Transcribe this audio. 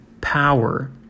power